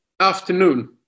afternoon